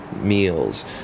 meals